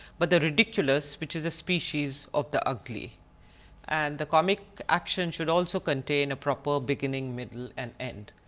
but the ridiculous which is a species of the ugly and the comic action should also contain a proper beginning, middle and end.